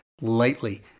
lightly